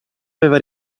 aveva